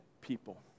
people